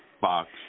box